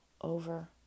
over